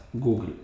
Google